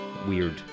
Weird